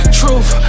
truth